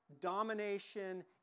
domination